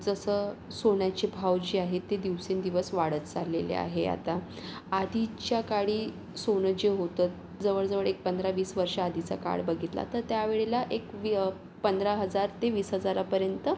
जसं सोन्याचे भाव जे आहेत ते दिवसेंदिवस वाढत चाललेले आहे आता आधीच्याकाळी सोनं जे होतं जवळजवळ एक पंधरा वीस वर्ष आधीचा काळ बघितला तर त्यावेळेला एक वी पंधरा हजार ते वीस हजारापर्यंत